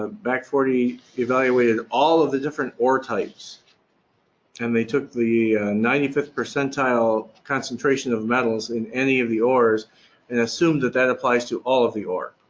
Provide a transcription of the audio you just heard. ah back forty evaluated all of the different ore types and they took the ninety fifth percentile, concentration of metals in any of the ores and assumed that that applies to all of the ore.